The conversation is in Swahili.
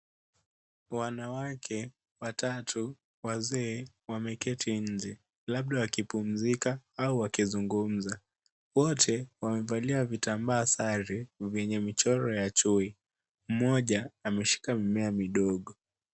Wanawake watatu wazee wameketi nje labda wakipumzika au wakizungumza. Wote wamevalia vitambaa sare vyenye michoro ya chui. Mmoja ameshika mimea midogo.